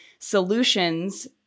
Solutions